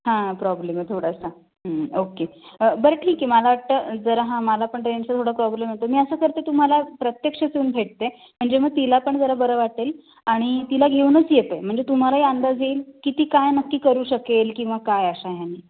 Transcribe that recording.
हां प्रॉब्लेम आहे थोडासा ओके बरं ठीक आहे मला वाटतं जरा हां मला पण रेंजचं थोडा प्रॉब्लेम येतो आहे मी असं करते तुम्हाला प्रत्यक्षच येऊन भेटते म्हणजे मग तिला पण जरा बरं वाटेल आणि तिला घेऊनच येते म्हणजे तुम्हालाही अंदाज येईल किती काय नक्की करू शकेल किंवा काय अशा ह्याने